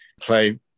play